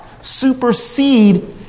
supersede